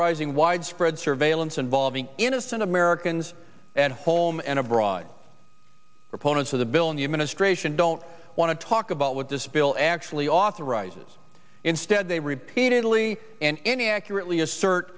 zing widespread surveillance involving innocent americans at home and abroad opponents of the bill in the administration don't want to talk about what this bill actually authorizes instead they repeatedly and any accurately assert